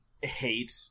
hate